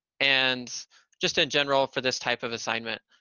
and just in general, for this type of assignment,